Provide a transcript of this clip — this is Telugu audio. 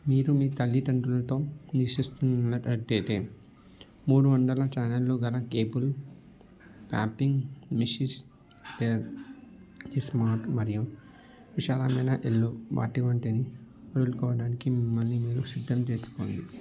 మీరు మీ తల్లిదండ్రులతో నివసిస్తున్నటట్టయితే మూడు వందల ఛానళ్ళు గల కేబుల్ పాపింగ్ మిషెస్ డయర్ ఇస్మార్ట్ మరియు విశాలమైన ఇల్లు వాటి వంటిది వదులుకోవడానికి మిమ్మల్ని మీరు సిద్ధం చేసుకోండి